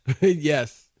Yes